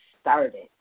started